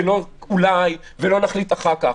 ולא אולי ולא נחליט אחר כך,